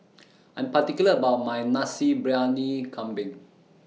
I'm particular about My Nasi Briyani Kambing